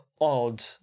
odd